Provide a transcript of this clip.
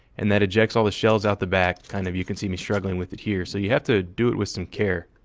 and that ejects all the shells out the back. kind of you can see me struggling with it here. so you have to do it with some care.